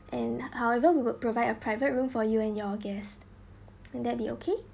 and however we will provide a private room for you and your guest would that be okay